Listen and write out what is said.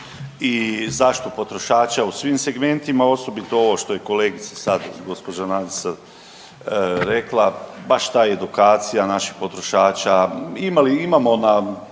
i zaštitu potrošača u svim segmentima, osobito ovo što je kolega sad, gđa. Nadica rekla, baš ta edukacija naših potrošača, imali,